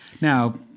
Now